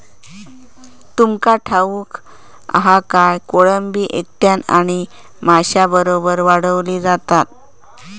तुमका ठाऊक हा काय, कोळंबी एकट्यानं आणि माशांबरोबर वाढवली जाता